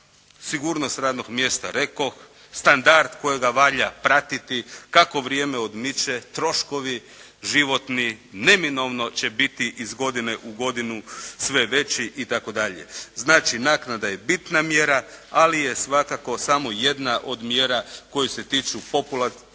Sigurnost radnog mjesta rekoh. Standard kojega valja pratiti kako vrijeme odmiče troškovi životni neminovno će biti iz godine u godinu sve veći itd. Znači, naknada je bitna mjera. Ali je svakako samo jedna od mjera koje se tiče populacione